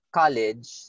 college